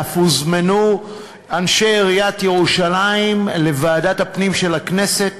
ואף הוזמנו אנשי עיריית ירושלים לוועדת הפנים של הכנסת.